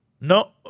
No